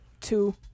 two